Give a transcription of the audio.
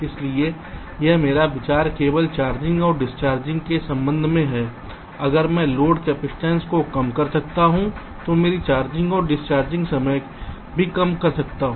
इसलिए यहां मेरा विचार केवल चार्जिंग और डिसचार्जिंग के समय के संबंध में है अगर मैं लोड कैपइसटेंस को कम कर सकता हूं तो मेरे चार्जिंग और डिसचार्जिंग समय को भी कम कर सकता है